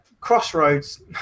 crossroads